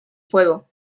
fuego